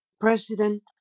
President